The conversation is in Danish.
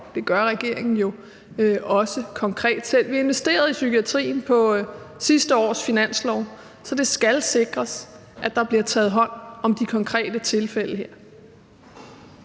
Det gør regeringen jo også konkret selv. Vi har investeret i psykiatrien på sidste års finanslov, så det skal sikres, at der bliver taget hånd om de konkrete tilfælde her.